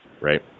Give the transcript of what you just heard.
Right